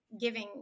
giving